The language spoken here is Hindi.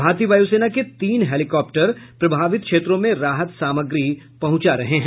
भारतीय वायुसेना के तीन हेलीकॉप्टर प्रभावित क्षेत्रों में राहत सामग्री पहुंचा रहे हैं